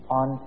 on